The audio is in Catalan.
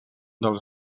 dels